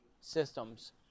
Systems